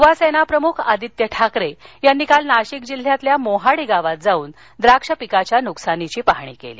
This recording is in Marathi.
युवासेना प्रमुख आदित्य ठाकरे यांनी काल नाशिक जिल्ह्यातल्या मोहाडी गावात जाऊन द्राक्ष पिकाच्या नुकसानीची पाहणी केली